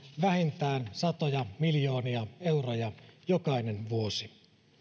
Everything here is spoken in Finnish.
vähintään satoja miljoonia euroja jokainen vuosi